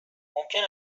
ممکن